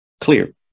clear